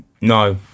No